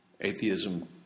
atheism